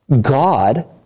God